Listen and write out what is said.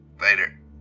Later